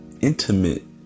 intimate